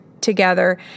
together